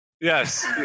Yes